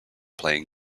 playing